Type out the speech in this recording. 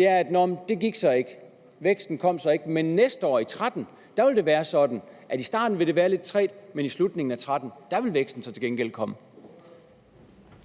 er: Nå, men det gik så ikke – væksten kom ikke – men næste år, i 2013, vil det være sådan, at i starten vil det være lidt trægt, men i slutningen af 2013 vil væksten så til gengæld komme?